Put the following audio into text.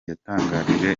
yatangarije